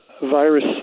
virus